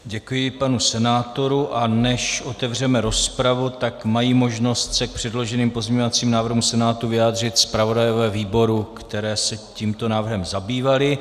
Děkuji panu senátorovi, a než otevřeme rozpravu, mají možnost se k předloženým pozměňovacím návrhům Senátu vyjádřit zpravodajové výborů, které se tímto návrhem zabývaly.